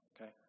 Okay